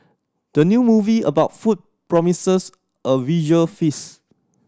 the new movie about food promises a visual feast